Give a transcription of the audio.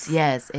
yes